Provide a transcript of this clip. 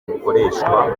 rikoreshwa